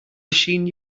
machine